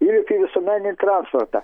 įlipi į visuomeninį transportą